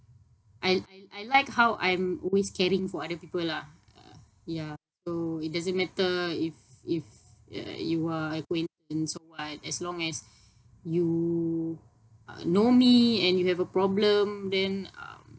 I I I like how I'm always caring for other people lah uh ya so it doesn't matter if if uh you are acquaintance or what as long as you uh know me and you have a problem then um